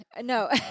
no